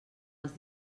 els